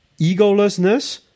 egolessness